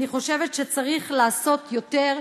אני חושבת שצריך לעשות יותר,